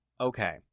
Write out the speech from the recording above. okay